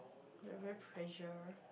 every pressure